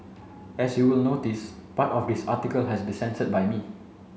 as you will notice part of the article has been censored by me